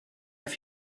have